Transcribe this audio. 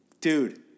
dude